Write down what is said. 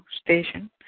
station